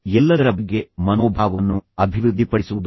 ಅತ್ಯುತ್ತಮ ಮತ್ತು ಎಲ್ಲದರ ಬಗ್ಗೆ ನಿಮ್ಮ ಮನೋಭಾವವನ್ನು ಅಭಿವೃದ್ಧಿಪಡಿಸುವುದು